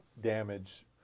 damage